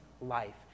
life